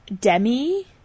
Demi